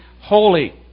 holy